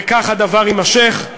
וכך הדבר יימשך,